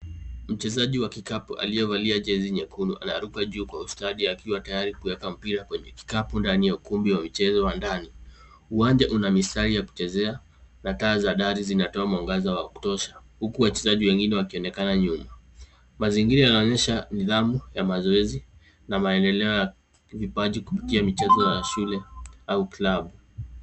Mchezaji wa kikapu aliyevalia jezi nyekundu anaruka juu kwa ustadi akiwa tayari kuweka mpira kwenye kikapu ndani ya ukumbi wa michezo wa ndani. Uwanja una mistari ya kuchezea na taa za dari zinatoa mwangaza wa kutosha, huku wachezaji wengine wakionekana nyuma. Mazingira yanaonyesha nidhamu ya mazoezi na maendeleo ya vipaji kupitia michezo ya shule au klabu.